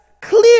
clear